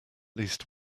least